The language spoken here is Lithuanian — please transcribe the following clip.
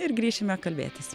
ir grįšime kalbėtis